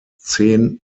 zehn